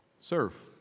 serve